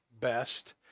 best